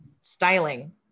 styling